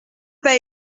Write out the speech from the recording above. pas